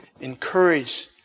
encourage